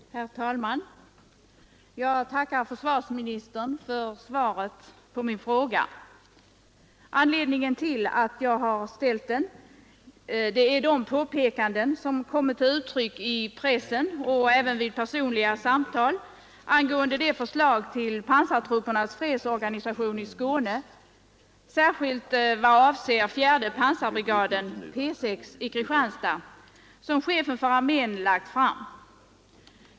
Herr talman! Jag tackar försvarsministern för svaret på min fråga. Anledningen till att jag har ställt den är att påpekanden gjorts i pressen och även vid personliga samtal angående det förslag till pansartruppernas fredsorganisation i Skåne, särskilt i vad avser fjärde pansarbrigaden P 6 i Kristianstad, som chefen för armén lagt fram.